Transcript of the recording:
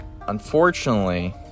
unfortunately